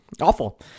Awful